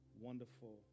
wonderful